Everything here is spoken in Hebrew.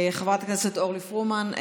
חברת הכנסת אורלי פרומן,